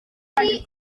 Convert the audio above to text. ndi